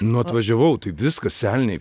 nu atvažiavau tai viskas elniai